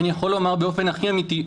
אני יכול לומר באופן הכי אמיתי,